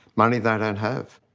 money they don't have.